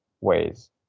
ways